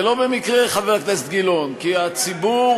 ולא במקרה, חבר הכנסת גילאון, כי הציבור,